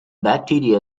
bacteria